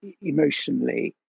emotionally